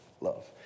love